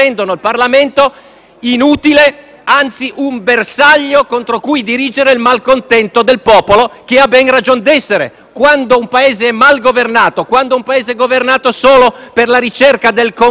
inutile, anzi un bersaglio contro cui dirigere il malcontento del popolo, che ha bene ragion d'essere. Infatti, quando un Paese è malgovernato; quando un Paese è governato solo per la ricerca del consenso effimero